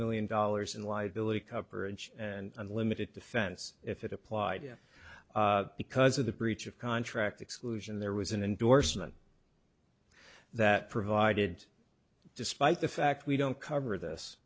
million dollars in liability coverage and unlimited defense if it applied because of the breach of contract exclusion there was an endorsement that provided despite the fact we don't cover this